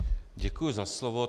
Děkuji za slovo.